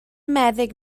meddyg